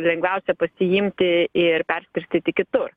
lengviausia pasiimti ir perskirstyti kitur